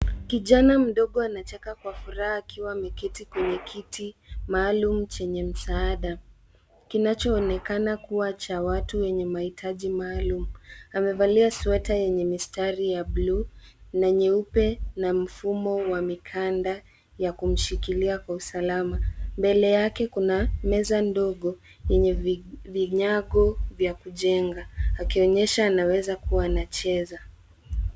Kijana mdogo anacheka kwa furaha akiwa ameketi kwenye kiti maalum chenye msaada. Kinachoonekana kuwa cha watu wenye mahitaji maalum. Amevalia sweta yenye mistari ya buluu na nyeupe na mfumo wa mikanda ya kumshilikia kwa usalama. Mbele yake kuna meza ndogo yenye vinyago vya kujenga akionyesha anaweza kuwa anacheza.